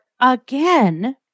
again